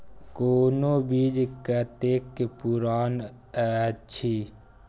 कोनो बीज कतेक पुरान अछि?